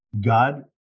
God